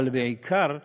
אבל בעיקר דתי.